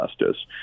justice